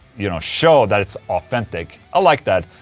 you know, show that it's authentic. i like that.